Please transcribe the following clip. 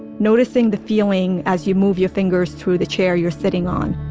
noticing the feeling as you move your fingers through the chair you're sitting on,